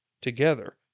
together